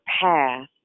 path